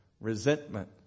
resentment